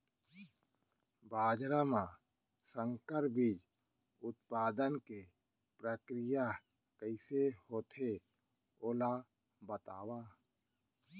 बाजरा मा संकर बीज उत्पादन के प्रक्रिया कइसे होथे ओला बताव?